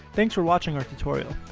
thanks for watching our tutorial!